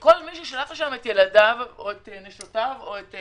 כל מי ששלח לשם את ילדיו או את נשותיו או את